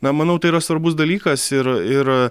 na manau tai yra svarbus dalykas ir ir